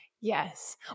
Yes